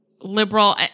liberal